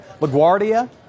LaGuardia